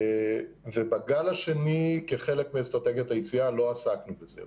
בגל השני כחלק מאסטרטגיה היציאה לא עסקנו בזה יותר.